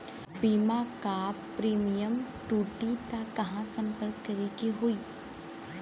बीमा क प्रीमियम टूटी त कहवा सम्पर्क करें के होई?